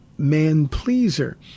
man-pleaser